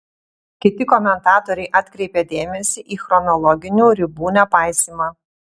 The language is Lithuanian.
kiti komentatoriai atkreipė dėmesį į chronologinių ribų nepaisymą